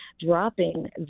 dropping